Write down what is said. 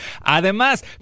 Además